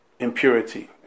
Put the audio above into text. Impurity